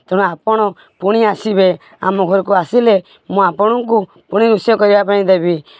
ତେଣୁ ଆପଣ ପୁଣି ଆସିବେ ଆମ ଘରକୁ ଆସିଲେ ମୁଁ ଆପଣଙ୍କୁ ପୁଣି ରୋଷେଇ କରିବା ପାଇଁ ଦେବି